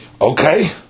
okay